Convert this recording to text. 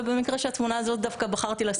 ובמקרה של התמונה הזאת בחרתי דווקא